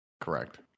Correct